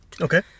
Okay